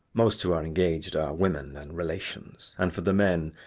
most who are engaged are women and relations and for the men,